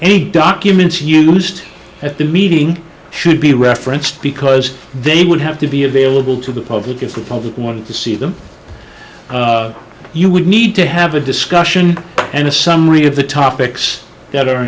any documents used at the meeting should be referenced because they would have to be available to the public if the public wanted to see them you would need to have a discussion and a summary of the topics that are